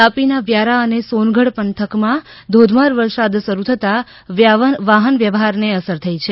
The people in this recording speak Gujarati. તાપી ના વ્યારા અને સોનગઢ પંથકમાં ધોધમાર વરસાદ શરૂ થતાં વાહન વ્યવહાર ને અસર થઈ છે